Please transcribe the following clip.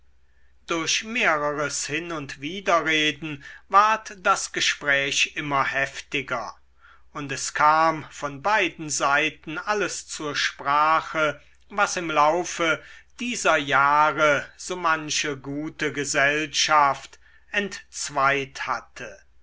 durch mehreres hin und widerreden ward das gespräch immer heftiger und es kam von beiden seiten alles zur sprache was im laufe dieser jahre so manche gute gesellschaft entzweit hatte